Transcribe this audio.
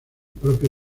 propio